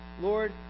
Lord